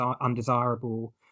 undesirable